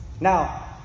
Now